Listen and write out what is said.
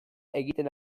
egiten